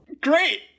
Great